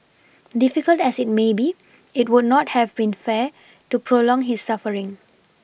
difficult as it may be it would not have been fair to prolong his suffering